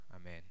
Amen